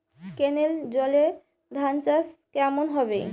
কেনেলের জলে ধানচাষ কেমন হবে?